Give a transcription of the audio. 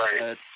right